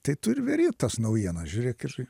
tai tu ir veri tas naujienas žiūrėk ir